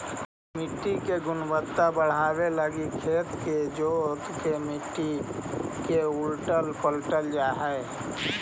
मट्टी के गुणवत्ता बढ़ाबे लागी खेत के जोत के मट्टी के उलटल पलटल जा हई